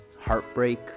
heartbreak